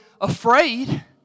afraid